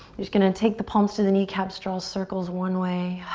you're gonna take the palms to the kneecaps, draw circles one way